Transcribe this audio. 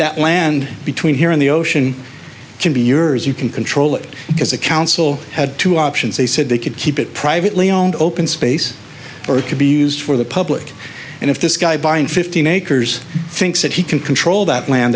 that land between here and the ocean can be yours you can control it because the council had two options they said they could keep it privately owned open space or it could be used for the public and if this guy buying fifteen acres thinks that he can control that land